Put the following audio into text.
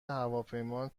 هواپیما